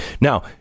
Now